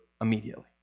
immediately